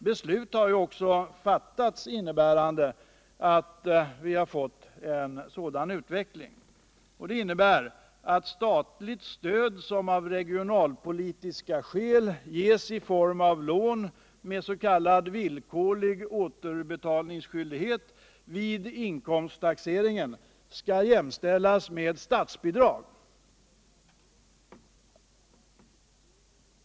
Beslut har också fattats innebärande att vi fått en sådan utveckling, dvs. att statligt stöd som av regionalpolitiska skäl ges i form av lån med s.k. villkorlig återbetalningsskyldighet vid inkomsttaxering skall jämställas med statsbidrag.